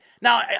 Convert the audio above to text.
Now